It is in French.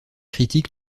critiques